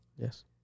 yes